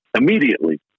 immediately